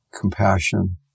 compassion